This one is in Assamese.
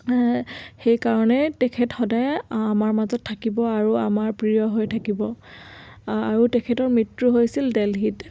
সেইকাৰণেই তেখেত সদায় আমাৰ মাজত থাকিব আৰু আমাৰ প্ৰিয় হৈ থাকিব আৰু তেখেতৰ মৃত্যু হৈছিল দেলহীত